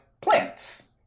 plants